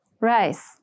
Rice